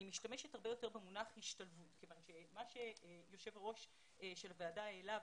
אני משתמשת הרבה יותר במונח השתלבות כיוון מה שיושב ראש הוועדה העלה,